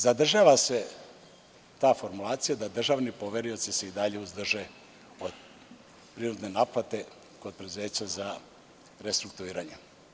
Dakle, zadržava se ta formulacija da državni poverioci se i dalje uzdrže od prinudne naplate kod preduzeća za restrukturiranje.